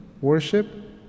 worship